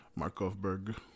Markovberg